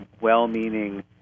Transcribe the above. well-meaning